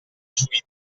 sui